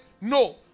no